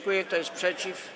Kto jest przeciw?